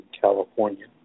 California